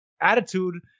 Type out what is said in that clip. attitude